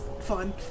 fun